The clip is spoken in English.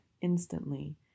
instantly